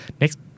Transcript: next